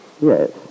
Yes